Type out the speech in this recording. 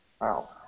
Wow